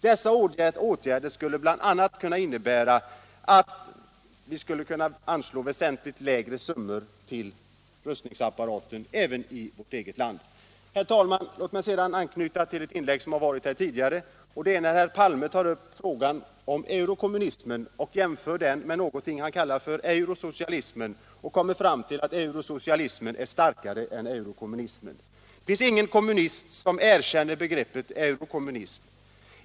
Dessa åtgärder skulle bl.a. kunna innebära att vi kunde anslå väsentligt lägre summor till rustningsapparaten även i vårt eget land. Herr talman! Låt mig sedan anknyta till ett tidigare inlägg i denna debatt. Herr Palme tog upp frågan om eurokommunism och jämförde den med något han kallar eurosocialism. Han kom fram till att eurosocialismen är starkare än eurokommunismen. Det finns ingen kommunist som erkänner begreppet eurokommunism.